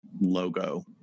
logo